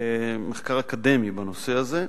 מחקר אקדמי בנושא הזה.